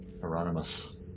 Hieronymus